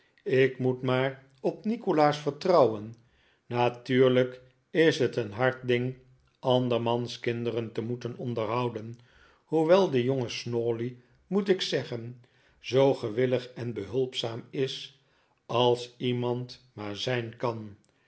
ik moet maar op nikolaas vertrouwen natuurlijk is het een hard ding andermans kinderen te moeten onderhouden hoewel de jonge snawley moet ik zeggen zoo gewillig en behulpzaam is als iemand maar zijn kan